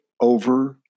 over